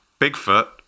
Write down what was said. Bigfoot